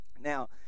Now